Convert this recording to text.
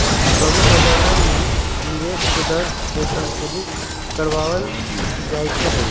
सभी बाजारवन में निवेश के दर के संशोधित करावल जयते हई